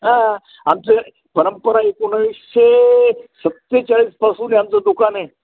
हा आमचं परंपरा एकोणाविशे सत्तेचाळीसपासून हे आमचं दुकान आहे